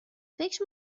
فکر